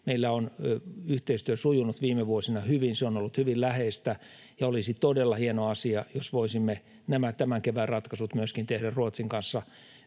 Meillä on yhteistyö sujunut viime vuosina hyvin, se on ollut hyvin läheistä, ja olisi todella hieno asia, jos voisimme nämä tämän kevään ratkaisut myöskin tehdä Ruotsin kanssa